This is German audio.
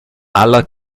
aller